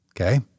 Okay